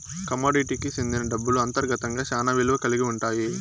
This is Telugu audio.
కమోడిటీకి సెందిన డబ్బులు అంతర్గతంగా శ్యానా విలువ కల్గి ఉంటాయి